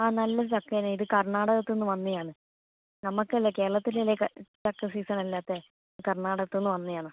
ആ നല്ല ചക്കയാണ് ഇത് കർണാടകതിൽനിന്ന് വന്നതാണ് നമുക്കല്ലേ കേരളത്തിലല്ലേ ക ചക്ക സീസൺ അല്ലാത്തെ കർണാടകത്തിൽന്നു വന്നതാണ്